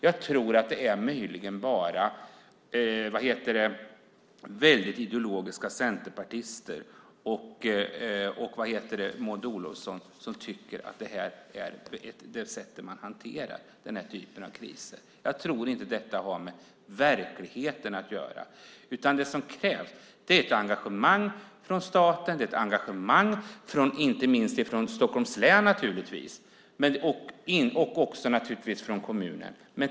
Jag tror att det möjligen bara är väldigt ideologiska centerpartister och Maud Olofsson som tycker att detta är rätta sättet att hantera den här typen av kriser på. Jag tror inte att detta har med verkligheten att göra. Det som krävs är engagemang från staten, ett engagemang från inte minst Stockholms län och naturligtvis från kommunen.